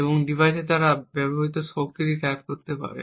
এবং ডিভাইসের দ্বারা ব্যবহৃত শক্তিটি ট্যাপ করতে পারে